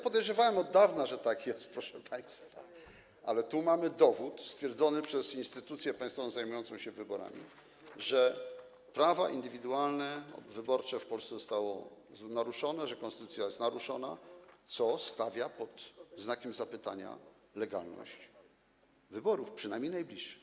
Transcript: Podejrzewałem od dawna, że tak jest, proszę państwa, ale tu mamy dowód dostarczony przez instytucję państwową zajmującą się wyborami, że indywidualne prawo wyborcze w Polsce zostało naruszone, że konstytucja jest naruszona, co stawia pod znakiem zapytania legalność wyborów, przynajmniej najbliższych.